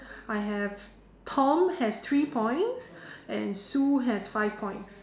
I have tom has three points and sue has five points